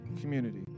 community